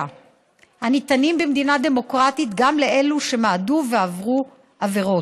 הניתנים במדינה דמוקרטית גם לאלו שמעדו ועברו עבירות.